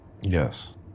Yes